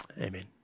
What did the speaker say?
Amen